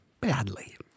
Badly